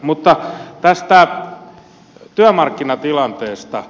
mutta tästä työmarkkinatilanteesta